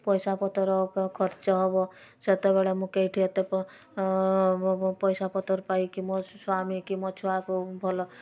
ପଇସା ପତର ଖର୍ଚ୍ଚ ହେବ ସେତବେଳେ ମୁଁ କୋଉଠୁ ଏତେ ପଇସା ପତର ପାଇକି ମୋ ସ୍ୱାମୀ କି ମୋ ଛୁଆକୁ ଭଲ